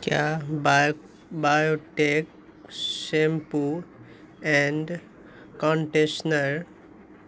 کیا biotech shampoo and conditioner